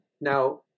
Now